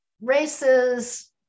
races